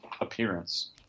appearance